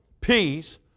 Peace